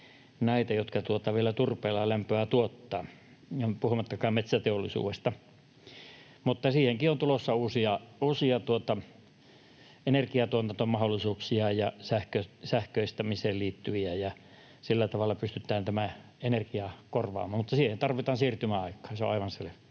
jotka vielä turpeella lämpöä tuottavat, puhumattakaan metsäteollisuudesta, mutta siihenkin on tulossa uusia energiantuotantomahdollisuuksia ja sähköistämiseen liittyviä mahdollisuuksia. Sillä tavalla pystytään tämä energia korvaamaan mutta siihen tarvitaan siirtymäaikaa, se on aivan selvä.